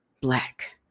black